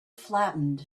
flattened